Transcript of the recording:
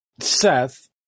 Seth